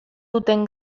duten